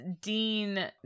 Dean